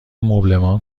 مبلمان